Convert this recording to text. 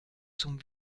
zum